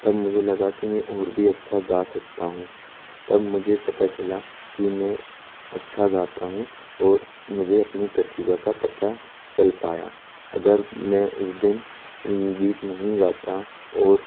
तब मुझे लगा कि मैं और भी अच्छा गा सकता हूँ तब मुझे पता चला कि मैं अच्छा गाता हूँ और मुझे अपनी प्रतिभा का पता चल पाया अगर मैं उस दिन गीत नहीं गाता और